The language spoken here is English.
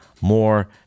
more